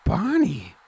Bonnie